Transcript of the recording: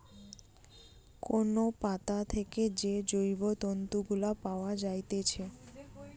কোন পাতা থেকে যে জৈব তন্তু গুলা পায়া যাইতেছে